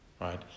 Right